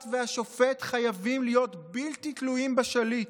והשופט חייבים להיות בלתי תלויים בשליט,